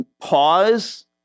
Pause